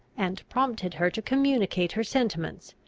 and prompted her to communicate her sentiments,